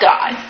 God